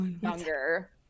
younger